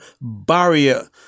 barrier